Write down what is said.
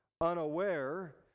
unaware